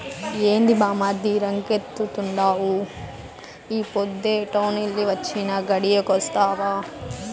ఏంది బామ్మర్ది రంకెలేత్తండావు ఈ పొద్దే టౌనెల్లి వొచ్చినా, గడియాగొస్తావా